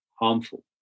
harmful